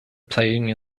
playing